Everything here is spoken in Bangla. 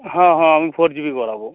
হ্যাঁ হ্যাঁ আমি ফোর জিবি করাবো